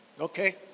Okay